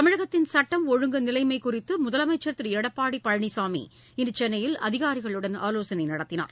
தமிழகத்தின் சுட்டம் ஒழுங்கு நிலைமைக் குறித்து முதலமைச்சர் திரு எடப்பாடி பழனிசாமி இன்று சென்னையில் அதிகாரிகளுடன் ஆலோசனை நடத்தினார்